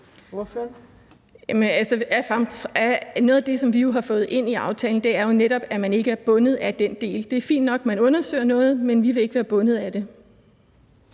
noget af det, som vi har fået ind i aftalen, er jo netop, at man ikke er bundet af den del. Det er fint nok, at man undersøger noget, men vi vil ikke være bundet af det.